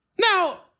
Now